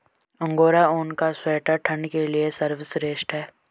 angora ऊन का sweater ठंड के लिए सर्वश्रेष्ठ है